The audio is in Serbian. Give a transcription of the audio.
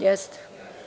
Jeste.